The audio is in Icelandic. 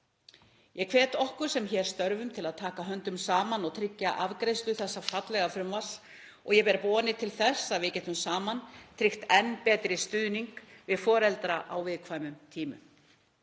Ég hvet okkur sem hér störfum til að taka höndum saman og tryggja afgreiðslu þessa fallega frumvarps og ég ber vonir til þess að við getum saman tryggt enn betri stuðning við foreldra á viðkvæmum tímum.